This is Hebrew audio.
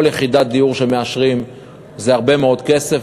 יחידת דיור שמאשרים זה הרבה מאוד כסף,